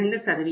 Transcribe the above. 2